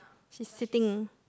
she's sitting